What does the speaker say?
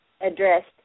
addressed